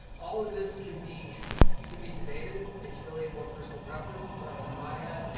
all of this can be can be debated. it's really more personal preference, but in my head, and